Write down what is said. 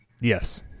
Yes